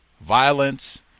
violence